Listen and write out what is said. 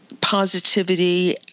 positivity